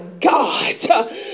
God